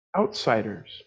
outsiders